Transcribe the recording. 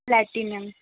platinum